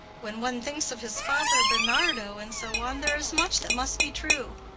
when one thinks of his father bernardo, and so on, there is much that must be true.